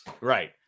Right